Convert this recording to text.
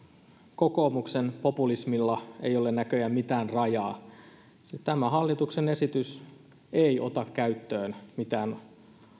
kokoomuksen populismilla ei ole näköjään mitään rajaa tämä hallituksen esitys ei ota käyttöön mitään